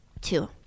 Two